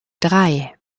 drei